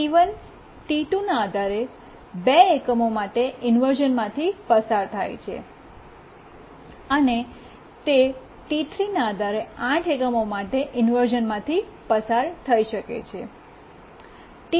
T1 T2 ના આધારે 2 એકમો માટે ઇન્વર્શ઼નમાંથી પસાર થાય છે અને તે T3 ના આધારે 8 એકમો માટે ઇન્વર્શ઼નમાંથી પસાર થઈ શકે છે